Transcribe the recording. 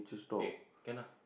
eh can lah